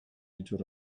little